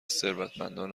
ثروتمندان